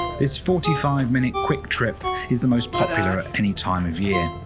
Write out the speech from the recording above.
this forty five minute quick trip is the most popular at any time of year.